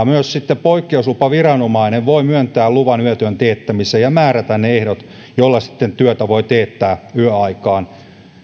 myös poikkeuslupaviranomainen voi myöntää luvan yötyön teettämiseen ja määrätä ne ehdot jolla sitten työtä voi teettää yöaikaan